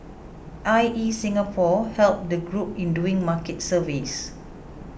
I E Singapore helped the group in doing market surveys